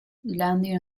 landing